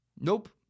Nope